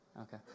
Okay